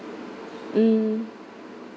mm